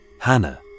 Hannah